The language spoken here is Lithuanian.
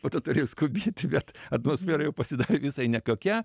po to turėjau skubėti bet atmosfera jau pasidarė visai nekokia